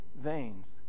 veins